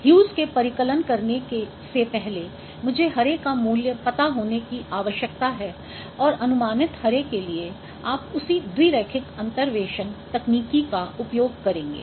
ह्युस के परिकलन करने से पहले मुझे हरे का मूल्य पता होने की आवश्यकता है और अनुमानित हरे के लिए आप उसी द्विरैखिक अंतर्वेशन तकनीकी को उपयोग करेंगे